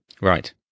Right